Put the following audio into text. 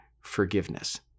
forgiveness